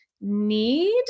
need